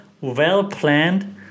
well-planned